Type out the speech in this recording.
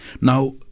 Now